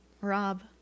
Rob